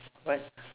what